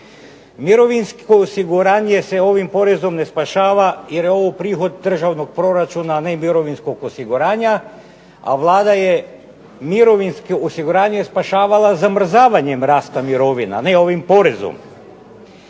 Mirovinsko osiguranje se ovim porezom ne spašava jer je ovo prihod državnog proračuna, a ne Mirovinskog osiguranja, a Vlada je Mirovinsko osiguranje spašavala zamrzavanjem rasta mirovina ne ovim porezom.